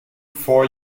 four